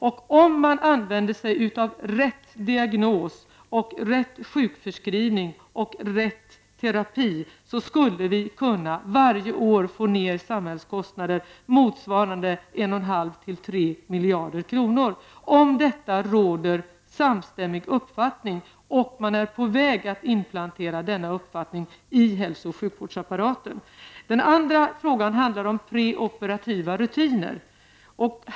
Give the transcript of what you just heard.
Om man använde sig av rätt diagnos och rätt sjukbeskrivning samt rätt terapi skulle man varje år kunna få ner samhällskostnaderna med motsvarande 1,5--3 miljarder. Där råder samstämmighet, och man är på väg att inplantera denna uppfattning inom hälsooch sjukvårdsapparaten. Den andra frågan handlar om preoperativa rutiner.